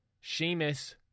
Sheamus